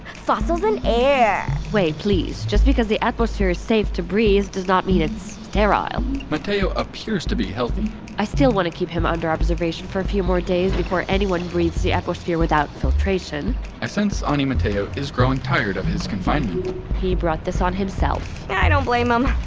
fossils and air. wei, please. just because the atmosphere is safe to breathe does not mean it's sterile mateo appears to be healthy i still want to keep him under observation for a few more days before anyone breathes the atmosphere without filtration i sense ani mateo is growing tired of his confinement he brought this on himself yeah, i don't blame him.